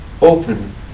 open